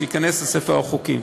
שייכנס לספר החוקים.